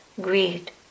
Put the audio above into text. greed